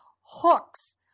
hooks